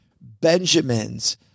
Benjamins